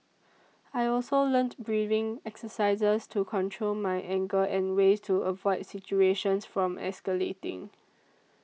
I also learnt breathing exercises to control my anger and ways to avoid situations from escalating